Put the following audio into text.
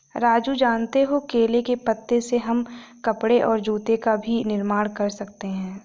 राजू जानते हो केले के पत्ते से हम कपड़े और जूते का भी निर्माण कर सकते हैं